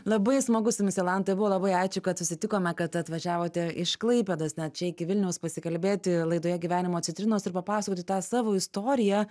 labai smagu su jumis jolanta buvo labai ačiū kad susitikome kad atvažiavote iš klaipėdos na čia iki vilniaus pasikalbėti laidoje gyvenimo citrinos ir papasakoti tą savo istoriją